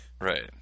Right